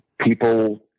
people